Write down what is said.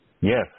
Yes